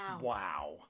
wow